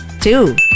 Two